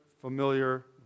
familiar